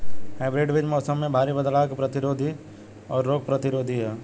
hybrid बीज मौसम में भारी बदलाव के प्रतिरोधी और रोग प्रतिरोधी ह